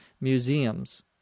Museums